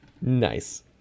Nice